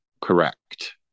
correct